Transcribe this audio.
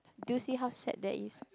do you see how sad that is